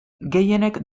gehienek